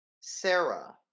Sarah